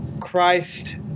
Christ